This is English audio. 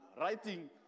writing